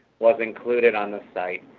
was included on the site.